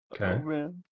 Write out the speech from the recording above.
Okay